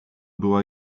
była